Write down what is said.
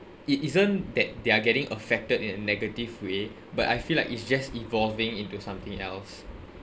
it isn't that they're getting affected in a negative way but I feel like it's just evolving into something else